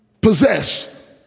possess